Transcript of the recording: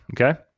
okay